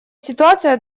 ситуация